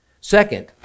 Second